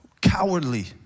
cowardly